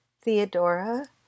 Theodora